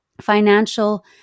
financial